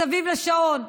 מסביב לשעון,